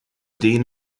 dean